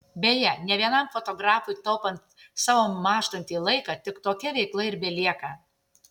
beje ne vienam fotografui taupant savo mąžtantį laiką tik tokia veikla ir belieka